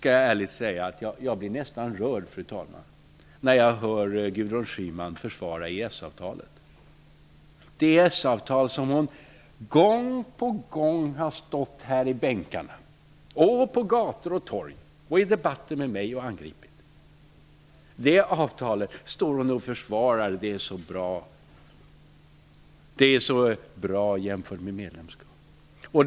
Jag skall ärligt säga att jag nästan blir rörd när jag hör Gudrun Schyman försvara EES avtalet, det EES-avtal som hon gång på gång här i talarstolen, på gator och torg och i debatter med mig ju har angripit. Detta avtal står hon och försvarar och säger att det är så bra jämfört med medlemskap.